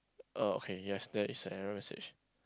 uh okay yes there is a error message